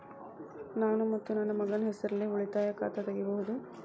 ನಾನು ಮತ್ತು ನನ್ನ ಮಗನ ಹೆಸರಲ್ಲೇ ಉಳಿತಾಯ ಖಾತ ತೆಗಿಬಹುದ?